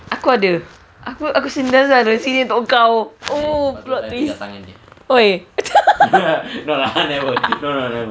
aku ada aku sentiasa ada untuk kau oh plot twist !oi!